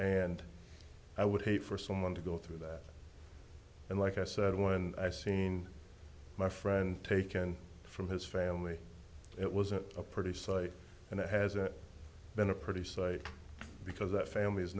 and i would hate for someone to go through that and like i said when i seen my friend taken from his family it was a pretty sight and it hasn't been a pretty sight because that family is